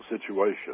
situation